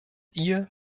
ihr